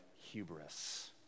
hubris